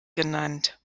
genannt